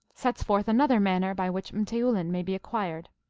sets forth another manner by which m teoulin may be acquired.